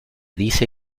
dice